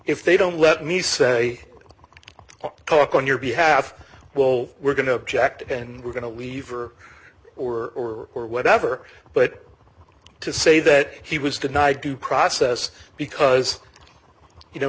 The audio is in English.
if they don't let me say talk on your behalf well we're going to object and we're going to leave or or or whatever but to say that he was denied due process because you know